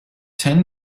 ten